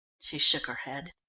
she shook her head.